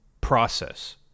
process